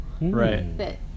Right